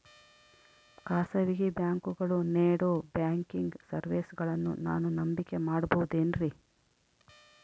ಖಾಸಗಿ ಬ್ಯಾಂಕುಗಳು ನೇಡೋ ಬ್ಯಾಂಕಿಗ್ ಸರ್ವೇಸಗಳನ್ನು ನಾನು ನಂಬಿಕೆ ಮಾಡಬಹುದೇನ್ರಿ?